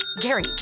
Gary